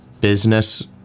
business